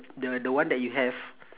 the the one that you have